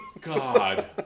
God